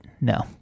no